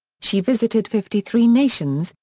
she visited fifty three nations,